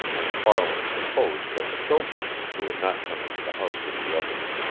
and farland supposed that the chauffeur, who had not come into the house with the others,